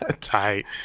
Tight